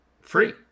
Free